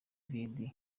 vidi